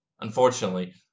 Unfortunately